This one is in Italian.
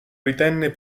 ritenne